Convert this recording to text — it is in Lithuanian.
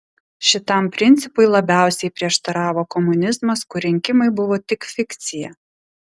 šitam principui labiausiai prieštaravo komunizmas kur rinkimai buvo tik fikcija